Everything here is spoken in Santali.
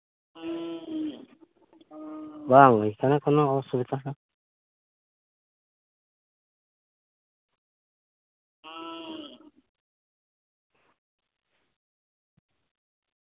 ᱵᱟᱝ ᱦᱩᱭ ᱠᱟᱱᱟ ᱠᱚᱱᱳ ᱚᱥᱩᱵᱤᱛᱟ ᱫᱚ